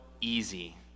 easy